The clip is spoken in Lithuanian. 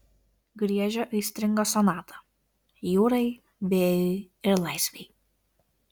griežia aistringą sonatą jūrai vėjui ir laisvei